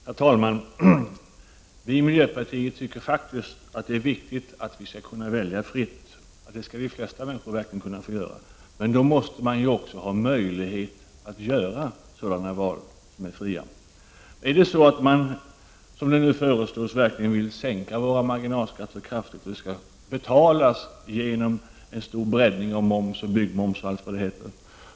Herr talman! Vi i miljöpartiet tycker faktiskt att det är viktigt att vi skall kunna välja fritt — vi menar att de flesta skall kunna göra det. Men då måste man också ha möjlighet att göra sådana fria val. Om man, som det föreslås, verkligen kraftigt vill sänka våra marginalskatter, så skall det väl betalas genom en stor breddning av moms, byggmoms och allt vad det heter.